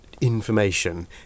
information